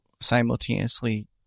simultaneously